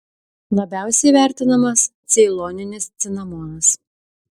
labiausiai vertinamas ceiloninis cinamonas